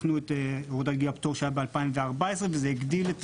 בחנו את הורדת גיל הפטור שהייתה ב-2014 וזה הגדיל את